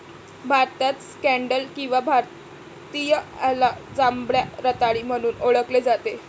भारतात स्कँडल किंवा भारतीयाला जांभळ्या रताळी म्हणून ओळखले जाते